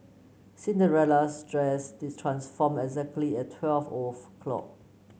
Cinderella's dress this transformed exactly at twelve of clock